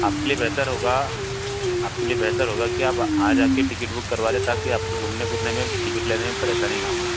आपके लिए बेहतर होगा आपके लिए बेहतर होगा कि आप आज आ कर टिकेट बुक करवा लें ताकि आपको घूमने फिरने में टिकेट लेने में परेशानी न हो